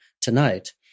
tonight